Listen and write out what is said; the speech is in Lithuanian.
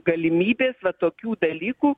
galimybės va tokių dalykų